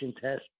test